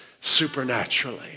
supernaturally